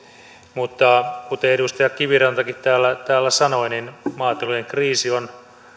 mutta kuten edustaja kivirantakin täällä täällä sanoi maatilojen kriisi on